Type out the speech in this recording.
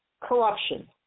corruption